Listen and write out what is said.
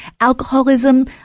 Alcoholism